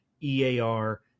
EAR